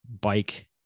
bike